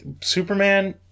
Superman